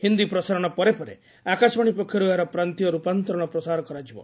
ହିନ୍ଦୀ ପ୍ରସାରଣ ପରେ ପରେ ଆକାଶବାଣୀ ପକ୍ଷରୁ ଏହାର ପ୍ରାନ୍ତୀୟ ରୂପାନ୍ତରଣ ପ୍ରସାର କରାଯିବ